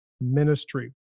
Ministry